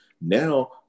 Now